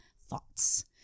thoughts